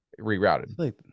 rerouted